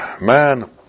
Man